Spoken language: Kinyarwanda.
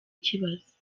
kibazo